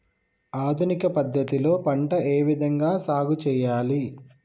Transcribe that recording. ఆధునిక పద్ధతి లో పంట ఏ విధంగా సాగు చేయాలి?